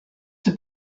the